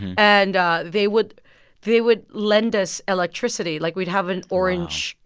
and ah they would they would lend us electricity. like, we'd have an orange.